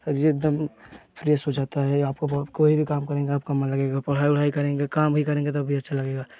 शरीर एक दम फ्रेश हो जाता है आपका बहुत कोई भी काम करेंगे आपका मन लगेगा पढ़ाई वढ़ाई करेंगे काम भी करेंगे तो भी अच्छा लगेगा